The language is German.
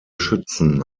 schützen